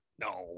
No